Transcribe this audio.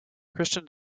christian